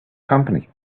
company